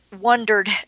wondered